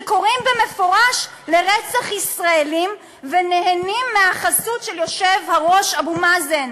שקוראים במפורש לרצח ישראלים ונהנים מהחסות של היושב-ראש אבו מאזן?